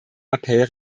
appell